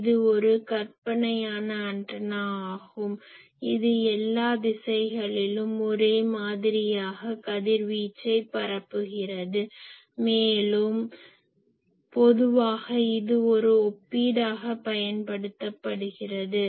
இது ஒரு கற்பனையான ஆண்டனா ஆகும் இது எல்லா திசைகளிலும் ஒரே மாதிரியாக கதிர்வீச்சை பரப்புகிறது மேலும் பொதுவாக இது ஒரு ஒப்பீடாக பயன்படுத்தப்படுகிறது